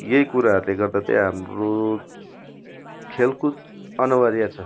यही कुराहरूले गर्दा चाहिँ हाम्रो खेलकुद अनिवार्य छ